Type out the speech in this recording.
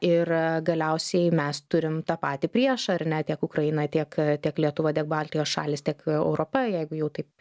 ir galiausiai mes turim tą patį priešą ar ne tiek ukraina tiek tiek lietuva tiek baltijos šalys tiek europa jeigu jau taip